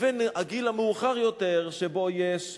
ולגיל המאוחר יותר, שבו יש תבונה,